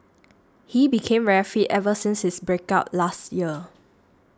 he became very fit ever since his break up last year